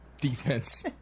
defense